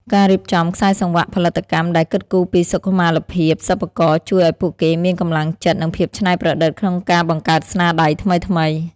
ការរៀបចំខ្សែសង្វាក់ផលិតកម្មដែលគិតគូរពីសុខុមាលភាពសិប្បករ ជួយឱ្យពួកគេមានកម្លាំងចិត្ត និងភាពច្នៃប្រឌិតក្នុងការបង្កើតស្នាដៃថ្មីៗ។